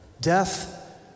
death